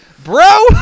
Bro